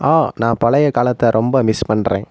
ஆ நான் பழைய காலத்தை ரொம்ப மிஸ் பண்ணுறேன்